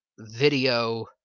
video